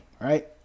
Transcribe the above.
right